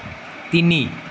তিনি